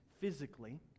physically